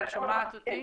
את שומעת אותי?